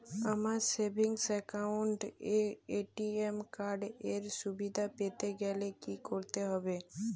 আমার savings account এ ATM card এর সুবিধা পেতে গেলে কি করতে হবে?